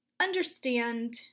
understand